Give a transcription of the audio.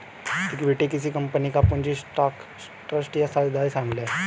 equity किसी company का पूंजी स्टॉक ट्रस्ट या साझेदारी शामिल है